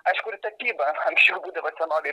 aišku ir tapyba anksčiau būdavo senovėj